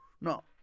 No